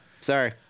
Sorry